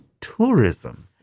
tourism